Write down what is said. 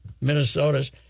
Minnesota's